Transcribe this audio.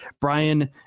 Brian